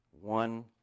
one